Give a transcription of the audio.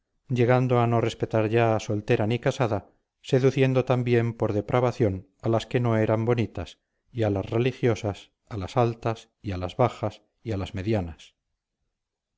llegando a no respetar ya soltera ni casada seduciendo también por depravación a las que no eran bonitas y a las religiosas a las altas y a las bajas y a las medianas